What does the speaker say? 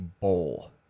bowl